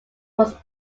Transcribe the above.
was